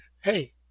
hey